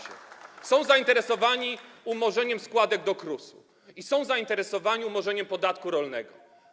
Są zainteresowani umorzeniem składek do KRUS-u i są zainteresowani umorzeniem podatku rolnego.